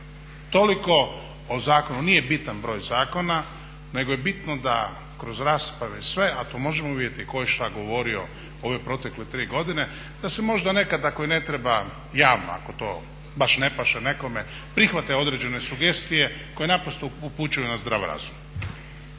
Toliko o zakonu. Nije bitan broj zakona nego je bitno da kroz rasprave sve, a to možemo vidjeti tko je što govorio ove protekle 3 godine, da se možda nekad ako i ne treba javno, ako to baš ne paše nekome, prihvate određene sugestije koje naprosto upućuju na zdrav razum.